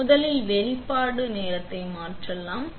எனவே முதலில் வெளிப்பாடு நேரத்தை மாற்றலாம்